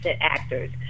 actors